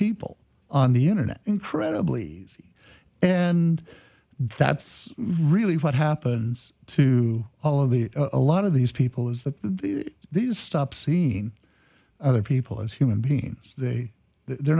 people on the internet incredibly easy and that's really what happens to all of the a lot of these people is that these stop seeing other people as human beings they they're